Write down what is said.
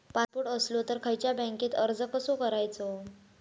Passport असलो तर खयच्या बँकेत अर्ज कसो करायचो?